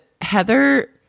Heather –